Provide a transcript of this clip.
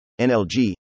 NLG